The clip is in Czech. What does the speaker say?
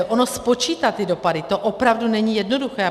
Ono spočítat ty dopady, to opravdu není jednoduché.